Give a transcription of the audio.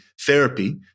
therapy